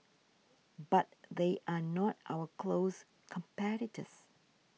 but they are not our close competitors